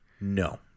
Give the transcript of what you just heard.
No